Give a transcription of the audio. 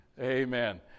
Amen